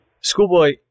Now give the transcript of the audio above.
Schoolboy